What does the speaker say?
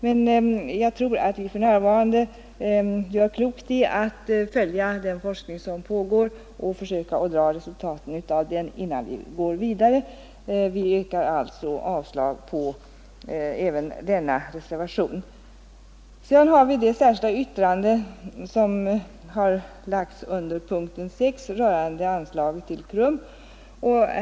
Men jag tror att vi för närvarande gör klokt i att följa den forskning som bedrivs och avläsa resultaten av den innan vi går vidare. Utskottet yrkar alltså avslag även på denna reservation. Sedan vill jag något beröra det särskilda yttrande som har lagts fram under punkten 6, rörande anslaget till KRUM.